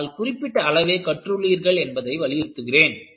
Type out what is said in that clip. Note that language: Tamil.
ஆனால் குறிப்பிட்ட அளவே கற்றுள்ளீர்கள் என்பதை வலியுறுத்துகிறேன்